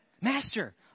Master